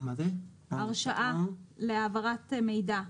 הרשאת הלקוח להעביר מידע?